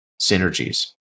synergies